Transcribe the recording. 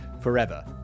forever